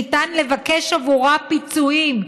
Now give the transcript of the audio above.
שניתן לבקש עבורה פיצויים,